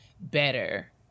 better